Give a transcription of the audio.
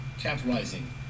capitalizing